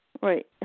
Right